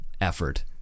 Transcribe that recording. effort